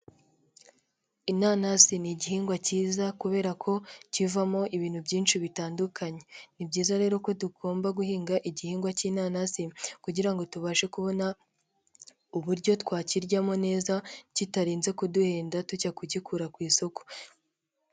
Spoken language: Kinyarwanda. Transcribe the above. Inanasi ni igihingwa cyiza, kubera ko kivamo ibintu byinshi bitandukanye. Ni byiza rero ko tugomba guhinga igihingwa cy'inanasi, kugira ngo tubashe kubona uburyo twakiryamo neza, kitarinze kuduhenda, tujya kugikura ku isoko.